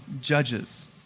Judges